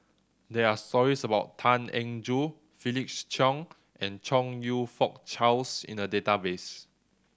there are stories about Tan Eng Joo Felix Cheong and Chong You Fook Charles in the database